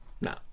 No